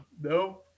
No